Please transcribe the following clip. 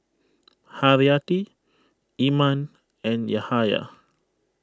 Haryati Iman and Yahaya